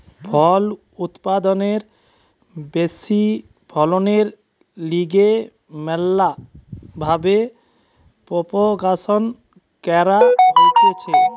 ফল উৎপাদনের ব্যাশি ফলনের লিগে ম্যালা ভাবে প্রোপাগাসন ক্যরা হতিছে